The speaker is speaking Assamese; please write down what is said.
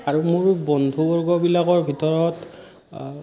আৰু মোৰ বন্ধুবৰ্গবিলাকৰ ভিতৰত